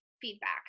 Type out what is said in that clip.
feedback